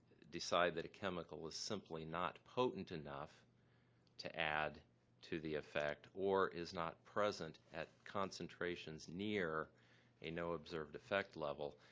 decide that a chemical is simply not potent enough to add to the or is not present at concentrations near a no observed effect level.